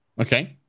Okay